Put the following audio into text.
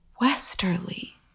westerly